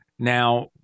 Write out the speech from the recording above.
Now